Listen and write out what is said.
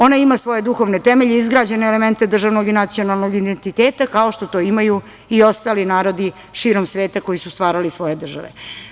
Ona ima svoje duhovne temelje, izgrađene elemente državnog i nacionalnog identiteta, kao što to imaju i ostali narodi širom sveta koji su stvarali svoje države.